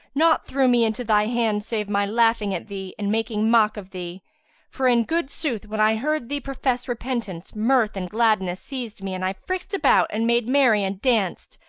naught threw me into thy hands save my laughing at thee and making mock of thee for in good sooth when i heard thee profess repentance, mirth and gladness seized me and i frisked about and made merry and danced,